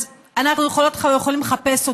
אז אנחנו יכולות יכולים לחפש אותה,